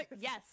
yes